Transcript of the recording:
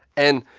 and,